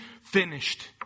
finished